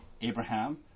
Abraham